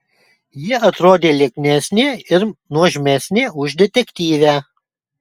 ji atrodė lieknesnė ir nuožmesnė už detektyvę